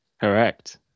Correct